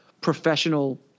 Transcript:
professional